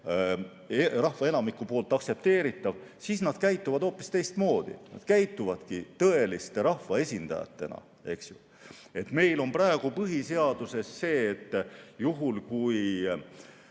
rahva enamiku poolt aktsepteeritav, siis nad käituvad hoopis teistmoodi. Nad käituvadki tõeliste rahvaesindajatena, eks ju. Meil on praegu põhiseaduses nii, et juhul kui